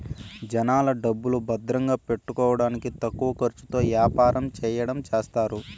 జనాల డబ్బులు భద్రంగా పెట్టుకోడానికి తక్కువ ఖర్చుతో యాపారం చెయ్యడం చేస్తారు